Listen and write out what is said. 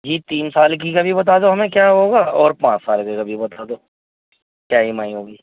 جی تین سال کی کا بھی بتا دو ہمیں کیا ہوگا اور پانچ سال کا بھی بتا دو کیا ای ایم آئی ہوگی